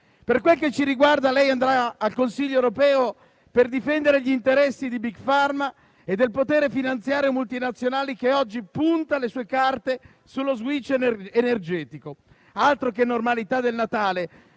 Per quel che ci riguarda, lei andrà al Consiglio europeo per difendere gli interessi di Big Pharma e del potere finanziario multinazionale che oggi punta le sue carte sullo *switch* energetico. Altro che normalità del Natale: